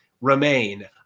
remain